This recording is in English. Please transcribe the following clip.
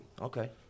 Okay